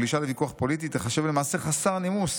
גלישה לוויכוח פוליטי תיחשב למעשה חסר נימוס.